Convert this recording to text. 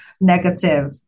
negative